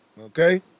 okay